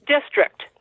district